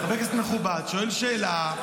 חבר כנסת מכובד שואל שאלה,